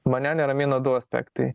mane neramina du aspektai